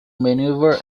maneuver